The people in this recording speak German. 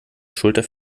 schulter